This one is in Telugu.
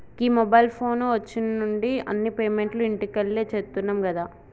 గీ మొబైల్ ఫోను వచ్చిన్నుండి అన్ని పేమెంట్లు ఇంట్లకెళ్లే చేత్తున్నం గదా